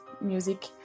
music